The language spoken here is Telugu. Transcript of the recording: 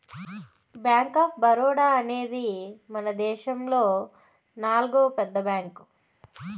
బ్యాంక్ ఆఫ్ బరోడా అనేది మనదేశములో నాల్గో పెద్ద బ్యాంక్